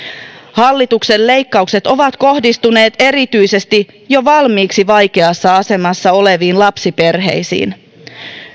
hallituksen leikkaukset ovat kohdistuneet erityisesti jo valmiiksi vaikeassa asemassa oleviin lapsiperheisiin